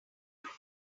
argue